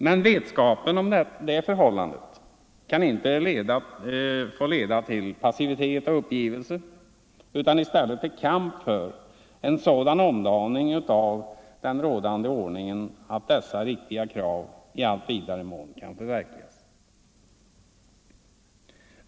Men vetskapen om detta förhållande kan inte få leda till passivitet och uppgivelse utan i stället till kamp för en sådan omdaning av den rådande ordningen att dessa riktiga krav i allt vidare mån kan förverkligas.